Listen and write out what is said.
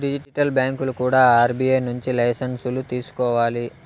digital బ్యాంకులు కూడా RBI నుంచి లైసెన్సులు తీసుకోవాలి